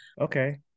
Okay